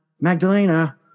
Magdalena